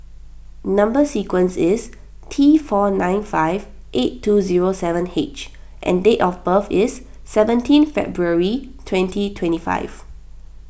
Number Sequence is T four nine five eight two zero seven H and date of birth is seventeenth February twenty twenty five